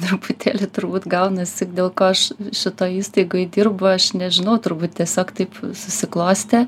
truputėlį turbūt gaunasi dėl ko aš šitoj įstaigoj dirbu aš nežinau turbūt tiesiog taip susiklostė